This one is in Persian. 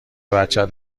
بچت